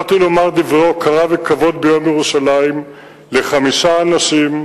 בחרתי לומר דברי הוקרה וכבוד ביום ירושלים לחמישה אנשים,